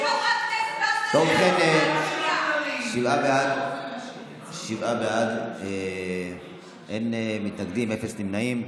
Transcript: בעד, שבעה, אין מתנגדים, אין נמנעים.